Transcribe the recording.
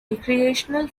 recreational